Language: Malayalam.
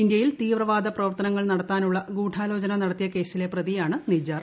ഇന്ത്യയിൽ തീവ്രവാദ പ്രവർത്തനങ്ങൾ നടത്താനുള്ള ഗൂഢൂല്ലോപ്ന നടത്തിയ കേസിലെ പ്രതിയാണ് നിജ്ജാർ